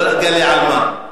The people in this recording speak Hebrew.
לא נגלה על מה.